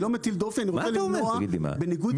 אני לא מטיל דופי, אני רוצה למנוע ניגוד עניינים.